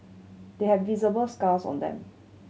they have visible scars on them